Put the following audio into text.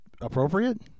appropriate